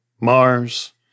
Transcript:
Mars